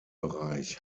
bereich